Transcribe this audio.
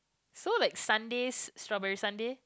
so like sundaes strawberry sundae